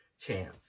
chance